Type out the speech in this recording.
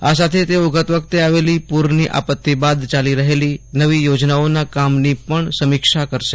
આ સાથે તેઓ ગત વખતે આવેલી પૂરની આપત્તી બાદ ચાલી રહેલી નવી યોજનાઓના કામની પણ સમીક્ષા કરશે